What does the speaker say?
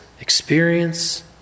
experience